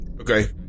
Okay